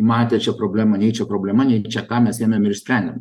matė čia problemą nei čia problema nei čia ką mes ėmėm ir išsprendėm